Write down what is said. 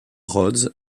rhodes